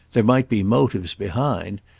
there might be motives behind,